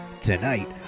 Tonight